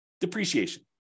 depreciation